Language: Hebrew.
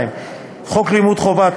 32. חוק לימוד חובה,